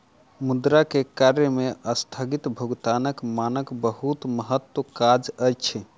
मुद्रा के कार्य में अस्थगित भुगतानक मानक बहुत महत्वक काज अछि